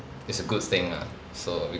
is a good thing lah so